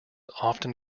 often